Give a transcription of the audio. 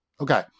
Okay